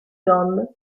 john